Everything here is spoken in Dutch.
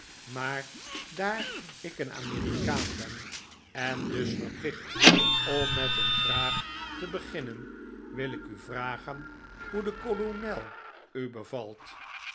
maar daar ik een amerikaan ben en dus verplicht om met een vraag te beginnen wil ik u vragen hoe de kolonel u bevalt